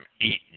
eaten